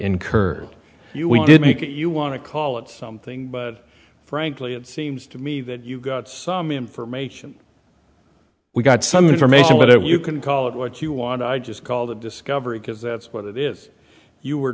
incurred you did make it you want to call it something but frankly it seems to me that you got some information we got some information but if you can call it what you want i just call that discovery because that's what it is you were